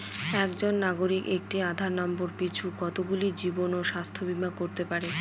একজন নাগরিক একটি আধার নম্বর পিছু কতগুলি জীবন ও স্বাস্থ্য বীমা করতে পারে?